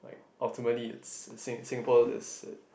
ultimately it's sing~ Singapore is